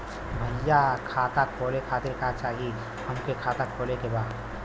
भईया खाता खोले खातिर का चाही हमके खाता खोले के बा?